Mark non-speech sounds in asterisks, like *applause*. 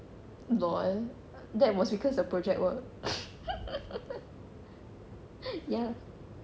no ah that was because of the project work *laughs* ya lah